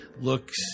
looks